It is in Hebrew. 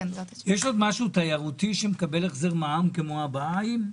יש עוד משהו תיירותי שמקבל החזר מע"מ כמו הבהאיים?